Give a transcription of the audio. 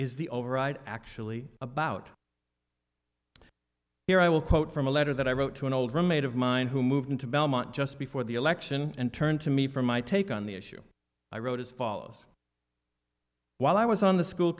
is the override actually about here i will quote from a letter that i wrote to an old roommate of mine who moved into belmont just before the election and turned to me for my take on the issue i wrote as follows while i was on the school